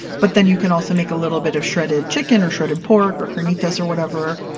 but then you can also make a little bit of shredded chicken, or shredded pork, or carnitas, or whatever,